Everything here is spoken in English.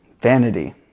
Vanity